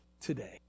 today